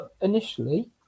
initially